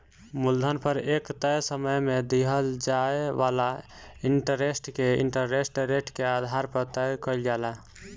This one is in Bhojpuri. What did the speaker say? मूलधन पर एक तय समय में दिहल जाए वाला इंटरेस्ट के इंटरेस्ट रेट के आधार पर तय कईल जाला